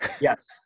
Yes